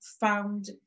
found